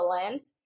excellent